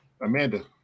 Amanda